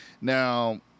now